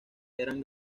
eran